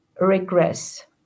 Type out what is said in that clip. regress